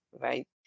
right